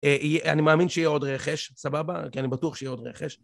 אני מאמין שיהיה עוד רכש, סבבה, כי אני בטוח שיהיה עוד רכש